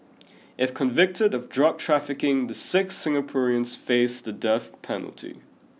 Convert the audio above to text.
if convicted of drug trafficking the six Singaporeans face the death penalty